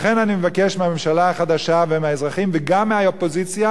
לכן אני מבקש מהממשלה החדשה ומהאזרחים וגם מהאופוזיציה